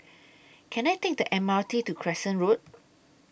Can I Take The M R T to Crescent Road